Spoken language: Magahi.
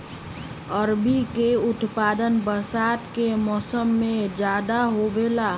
अरबी के उत्पादन बरसात के मौसम में ज्यादा होबा हई